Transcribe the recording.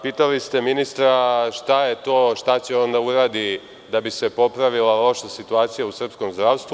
Pitali ste i ministra šta je to, šta će on da uradi da bi se popravila loša situacija u srpskom zdravstvu.